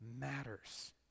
matters